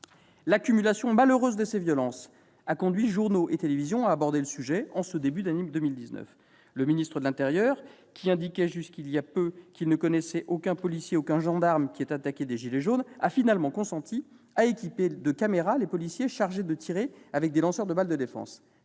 L'accumulation malheureuse de ces violences a conduit journaux et télévisions à aborder le sujet en ce début d'année 2019. Le ministre de l'intérieur, qui indiquait jusqu'à il y a peu qu'il ne connaissait aucun policier, aucun gendarme qui ait attaqué des « gilets jaunes », a finalement consenti à équiper de caméras les policiers chargés de tirer avec des lanceurs de balle de défense.